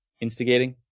instigating